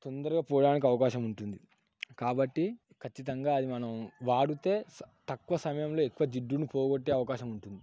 తొందరగా పోవడానికి అవకాశం ఉంటుంది కాబట్టి ఖచ్చితంగా అది మనం వాడితే తక్కువ సమయంలో ఎక్కువ జిడ్డుని పోగొట్టే అవకాశం ఉంటుంది